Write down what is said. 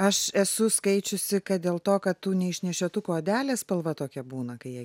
aš esu skaičiusi kad dėl to kad tų neišnešiotukų odelės spalva tokia būna kai jie